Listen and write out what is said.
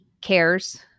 cares